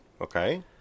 okay